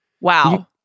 Wow